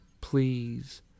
please